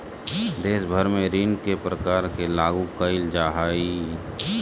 देश भर में ऋण के प्रकार के लागू क़इल जा हइ